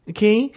Okay